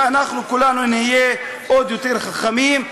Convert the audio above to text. ואנחנו כולנו נהיה עוד יותר חכמים.